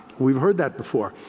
we've heard that before.